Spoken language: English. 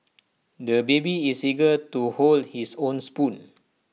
the baby is eager to hold his own spoon